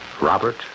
Robert